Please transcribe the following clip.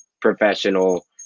professional